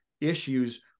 issues